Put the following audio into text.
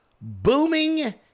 booming